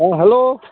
hello